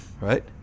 Right